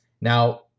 Now